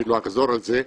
אני לא אחזור על זה,